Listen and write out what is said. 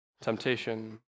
temptation